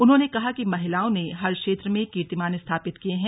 उन्होंने कहा कि महिलाओं ने हर क्षेत्र में कीर्तिमान स्थापित किए हैं